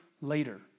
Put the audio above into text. later